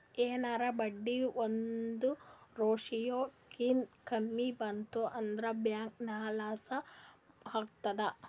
ಎನಾರೇ ಬಡ್ಡಿ ಒಂದ್ ರೇಶಿಯೋ ಕಿನಾ ಕಮ್ಮಿ ಬಂತ್ ಅಂದುರ್ ಬ್ಯಾಂಕ್ಗ ಲಾಸ್ ಆತ್ತುದ್